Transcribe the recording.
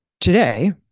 today